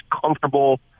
comfortable